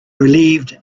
relieved